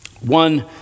One